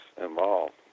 involved